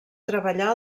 treballà